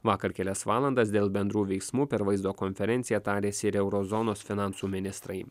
vakar kelias valandas dėl bendrų veiksmų per vaizdo konferenciją tarėsi ir euro zonos finansų ministrai